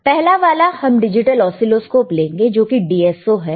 तो पहला वाला हम डिजिटल ऑ सीलोस्कोप लेंगे जो कि DSO है